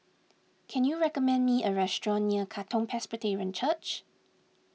can you recommend me a restaurant near Katong Presbyterian Church